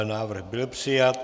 Návrh byl přijat.